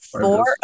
Four